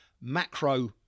macro